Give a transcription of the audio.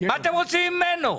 מה אתם רוצים ממנו?